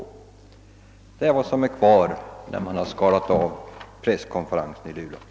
Det är vad som är kvar när man har skalat av presskonferensen i Luleå.